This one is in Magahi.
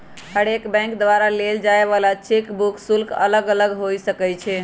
हरेक बैंक द्वारा लेल जाय वला चेक बुक शुल्क अलग अलग हो सकइ छै